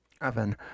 oven